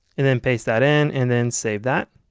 and then paste that in and then save that.